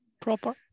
Proper